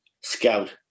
scout